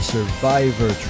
Survivor